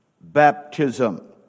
baptism